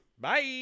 Bye